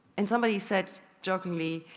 and somebody said jokingly,